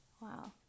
Wow